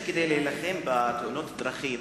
שכדי להילחם בתאונות הדרכים,